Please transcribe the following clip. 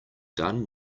done